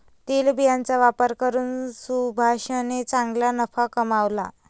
तेलबियांचा व्यापार करून सुभाषने चांगला नफा कमावला